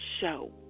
show